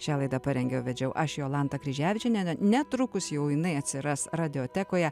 šią laidą parengiau vedžiau aš jolanta kryževičienė netrukus jau jinai atsiras radiotekoje